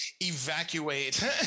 evacuate